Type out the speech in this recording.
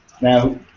Now